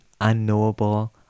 unknowable